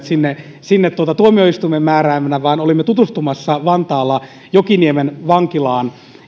sinne sinne tuomioistuimen määrääminä vaan olimme tutustumassa vantaalla jokiniemen vankilaan